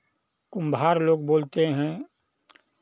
कुम्हार लोग बोलते हैं